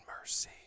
mercy